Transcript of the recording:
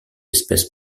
espèces